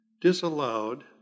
disallowed